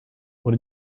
what